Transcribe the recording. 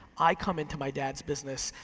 i come into my dad's business,